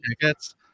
tickets